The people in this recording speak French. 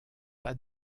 pas